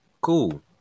Cool